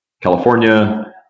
California